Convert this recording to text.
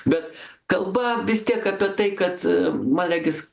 bet kalba vis tiek apie tai kad man regis